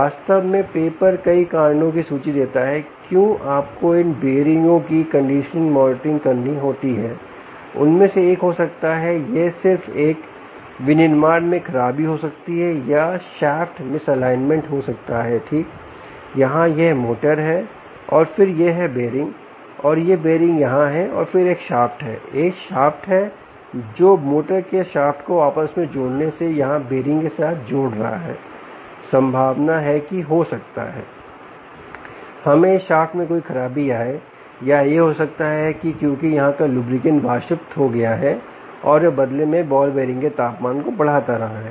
वास्तव में पेपर कई कारणों की सूची देता है कि क्यों आपको इन बीयरिंगों की कंडीशन मॉनिटरिंग करनी होती है उनमें से एक हो सकता है यह सिर्फ एक विनिर्माण मैं खराबी हो सकती है यह शाफ्ट मिसएलाइनमेंट हो सकता है ठीक यहां यह मोटर है और फिर यह है बीयरिंग और यह बीयरिंग यहाँ और फिर एक शाफ्ट है एक शाफ्ट है जो है मोटर के शाफ़्ट को आपस में जोड़ने से यहाँ बीयरिंग के साथ जोड़ रहा है संभावना है की हो सकता है हमें इस शाफ्ट में कोई खराबी आए या यह हो सकता है क्योंकि यहां का लुब्रिकेंट वाष्पित हो गया है और वह बदले में बॉल बीयरिंग के तापमान को बढ़ाता रहा है